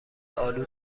آلو